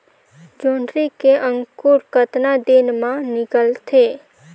जोंदरी के अंकुर कतना दिन मां निकलथे?